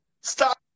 Stop